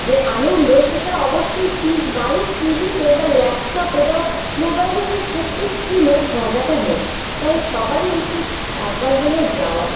যে আনন্দ সেটা অবশ্যই টি বাড়ির টিভিতে বা ল্যাপটপে বা মোবাইলের ওই ছোট্টো স্ক্রিনে মজাটা নেই তাই সবারই উচিত একবার হলেও যাওয়া